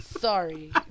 Sorry